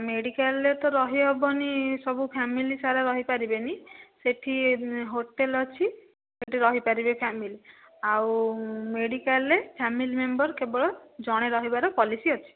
ମେଡିକାଲରେ ତ ରହିହେବନି ସବୁ ଫ୍ୟାମିଲି ସାରା ରହିପାରିବେ ନାହିଁ ସେଠି ହୋଟେଲ ଅଛି ସେଠି ରହିପାରିବେ ଫ୍ୟାମିଲି ଆଉ ମେଡିକାଲରେ ଫ୍ୟାମିଲି ମେମ୍ବର କେବଳ ଜଣେ ରହିବାର ପଲିସି ଅଛି